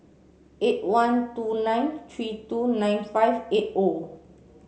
eight one two nine three two nine five eight O